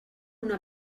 una